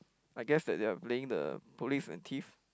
I guess that they are playing the police and thief